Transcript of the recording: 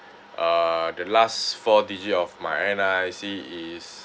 uh the last four digit of my N_R_I_C is